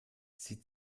sie